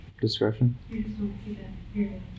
Discretion